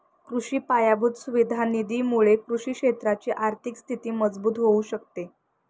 कृषि पायाभूत सुविधा निधी मुळे कृषि क्षेत्राची आर्थिक स्थिती मजबूत होऊ शकते